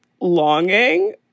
longing